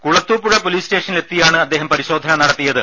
Kulathupuzha police സ്റ്റേഷനിലെത്തിയാണ് അദ്ദേഹം പരിശോധന നടത്തിയത്